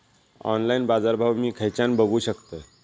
Online बाजारभाव मी खेच्यान बघू शकतय?